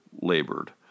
labored